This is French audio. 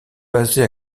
basée